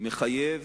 מחייב